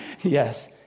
Yes